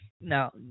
Now